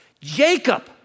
Jacob